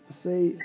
say